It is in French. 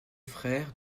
frère